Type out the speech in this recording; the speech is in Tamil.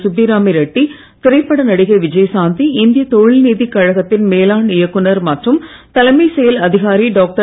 சுப்பிராமி ரெட்டி திரைப்பட நடிகை விஜயசாந்தி இந்திய தொழில்நிதிக் கழகத்தின் மேலாண் இயக்குநர் மற்றும் தலைமை செயல் அதிகாரி டாக்டர்